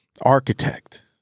architect